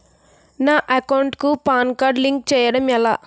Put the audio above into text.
నా అకౌంట్ కు PAN card link చేయడం ఎలా?